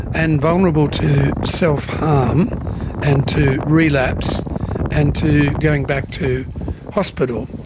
and vulnerable to self-harm ah um and to relapse and to going back to hospital.